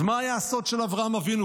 אז מה היה הסוד של אברהם אבינו?